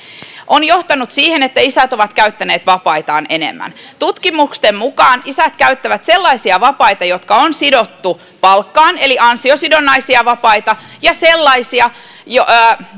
on johtanut siihen että isät ovat käyttäneet vapaitaan enemmän tutkimusten mukaan isät käyttävät sellaisia vapaita jotka on sidottu palkkaan eli ansiosidonnaisia vapaita ja sellaisia